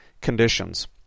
conditions